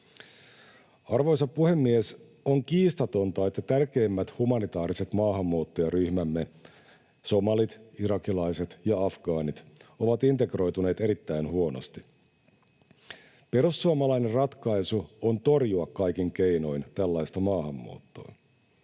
Arvoisa puhemies! On kiistatonta, että tärkeimmät humanitaariset maahanmuuttajaryhmämme — somalit, irakilaiset ja afgaanit — ovat integroituneet erittäin huonosti. Perussuomalainen ratkaisu on torjua kaikin keinoin tällaista maahanmuuttoa.